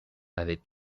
avait